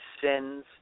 sins